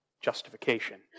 Justification